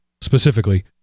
specifically